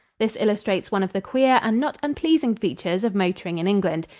this illustrates one of the queer and not unpleasing features of motoring in england.